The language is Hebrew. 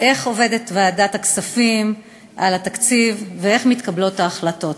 איך עובדת ועדת הכספים על התקציב ואיך מתקבלות ההחלטות.